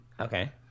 Okay